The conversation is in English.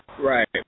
Right